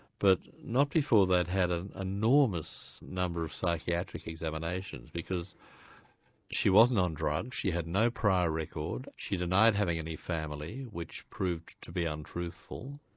but not before they'd had an enormous number of psychiatric examinations, because she wasn't on drugs, she had no prior record, she denied having any family which proved to be untruthful.